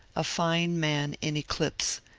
a fine man in eclipse,